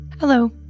Hello